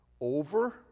over